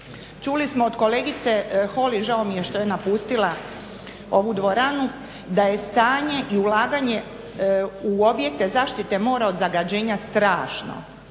Čuli smo od kolegice Holy, žao mi je što je napustila ovu dvoranu, da je stanje i ulaganje u objekte zaštite mora od zagađenja strašno,